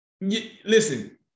listen